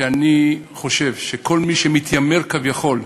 שאני חושב שכל מי שמתיימר לדבר, כביכול,